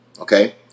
okay